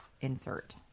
insert